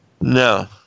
No